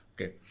Okay